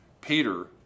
Peter